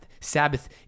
Sabbath